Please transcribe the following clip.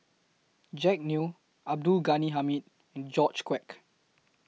Jack Neo Abdul Ghani Hamid and George Quek